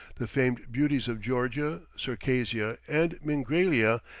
the famed beauties of georgia, circassia, and mingrelia,